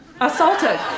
Assaulted